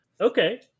Okay